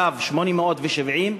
קו 870,